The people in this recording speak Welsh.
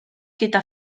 gyda